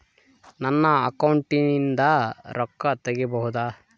ನನ್ನ ಅಕೌಂಟಿಂದ ರೊಕ್ಕ ತಗಿಬಹುದಾ?